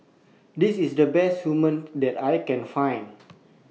This IS The Best Hummus that I Can Find